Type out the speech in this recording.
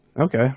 Okay